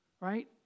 right